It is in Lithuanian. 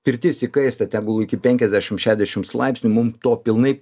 pirtis įkaista tegul iki penkiasdešim šedešims laipsnių mum to pilnai